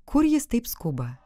kur jis taip skuba